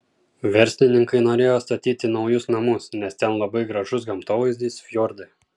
verslininkai norėjo statyti naujus namus nes ten labai gražus gamtovaizdis fjordai